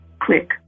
Click